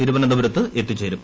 തിരുവനന്തപുരത്ത് എത്തിച്ചേരും